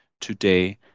today